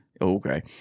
Okay